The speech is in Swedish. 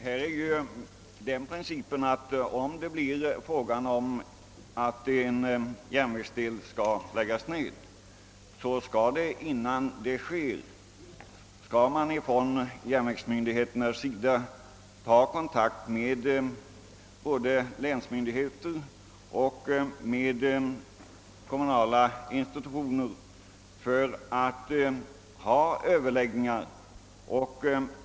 Herr talman! Här är ju principen den att järnvägsmyndigheterna, när det blir fråga om att en järnvägsdel skall läggas ned, skall ta kontakt med både länets myndigheter och med kommunala institutioner för överläggningar, innan nedläggelsen verkställs.